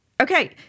Okay